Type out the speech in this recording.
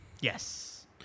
Yes